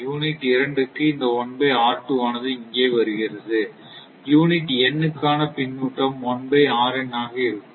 unit 2 க்கு இந்த ஆனது இங்கே வருகிறது யூனிட் n க்கான பின்னூட்டம் ஆக இருக்கும்